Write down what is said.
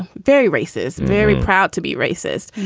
ah very racist, very proud to be racist.